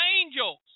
angels